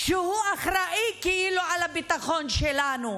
שהוא אחראי כאילו על הביטחון שלנו.